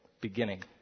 beginning